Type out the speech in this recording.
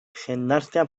jendartea